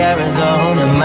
Arizona